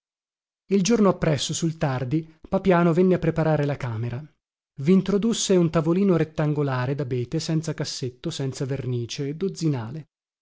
il giorno appresso sul tardi papiano venne a preparare la camera vintrodusse un tavolino rettangolare dabete senza cassetto senza vernice dozzinale